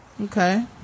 Okay